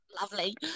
lovely